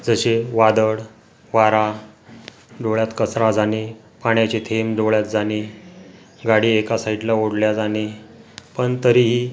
जसे वादळ वारा डोळ्यात कचरा जाणे पाण्याचे थेंब डोळ्यात जाणे गाडी एका साईडला ओढला जाणे पण तरीही